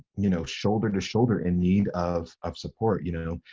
you know, shoulder to shoulder in need of of support. you know,